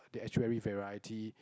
the actually variety